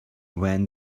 when